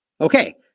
Okay